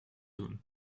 doen